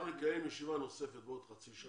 אנחנו נקיים ישיבה נוספת בעוד חצי שנה,